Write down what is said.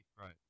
Right